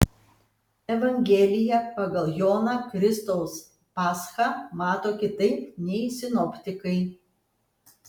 evangelija pagal joną kristaus paschą mato kitaip nei sinoptikai